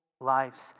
lives